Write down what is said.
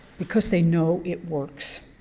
because they know it works.